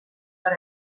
per